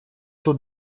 тут